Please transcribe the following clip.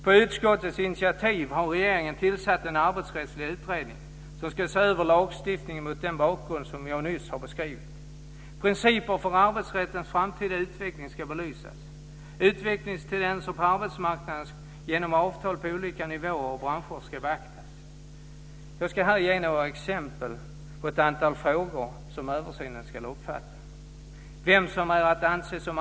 På utskottets initiativ har regeringen tillsatt en arbetsrättslig utredning som ska se över lagstiftningen mot den bakgrund som jag nyss har beskrivit. Principer för arbetsrättens framtida utveckling ska belysas. Utvecklingstendenser på arbetsmarknaden genom avtal på olika nivåer och branscher ska beaktas. Jag ska här ge några exempel på ett antal frågor som översynen ska omfatta.